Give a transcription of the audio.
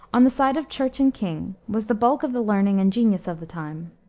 on the side of church and king was the bulk of the learning and genius of the time.